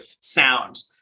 sound